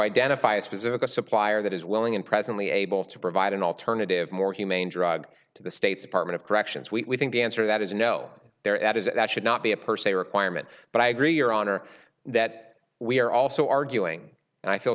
identify a specific a supplier that is willing and presently able to provide an alternative more humane drug to the state's department of corrections we think the answer to that is no there at is that should not be a per se requirement but i agree your honor that we are also arguing and i feel